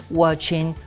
watching